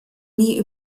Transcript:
nie